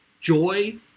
joy